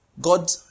God